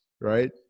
Right